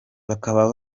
bakaba